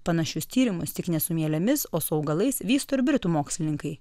panašius tyrimus tik ne su mielėmis o su augalais vysto ir britų mokslininkai